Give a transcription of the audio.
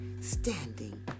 standing